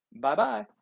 Bye-bye